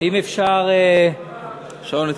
השעון התחיל.